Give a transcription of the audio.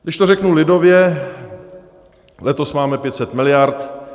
Když to řeknu lidově, letos máme 500 miliard.